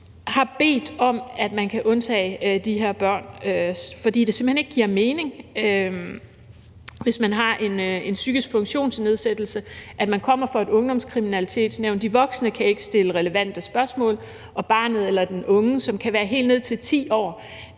har bedt om, at de her børn kan undtages, fordi det simpelt hen ikke giver mening, at man, hvis man har en psykisk funktionsnedsættelse, kommer for et Ungdomskriminalitetsnævn. De voksne kan ikke stille relevante spørgsmål, og barnet eller den unge, som kan være helt ned til 10 år,